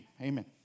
Amen